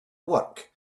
work